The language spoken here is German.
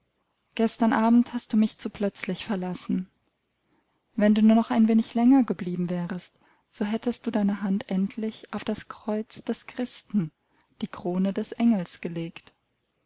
gestern abend hast du mich zu plötzlich verlassen wenn du nur noch ein wenig länger geblieben wärest so hättest du deine hand endlich auf das kreuz des christen die krone des engels gelegt